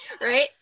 right